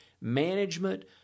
management